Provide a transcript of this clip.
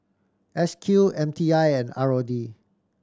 S Q M T I and R O D